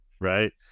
Right